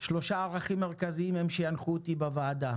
שלושה ערכים מרכזיים הם שינחו אותי בוועדה